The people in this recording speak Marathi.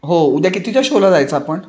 हो उद्या कितीच्या शोला जायचं आपण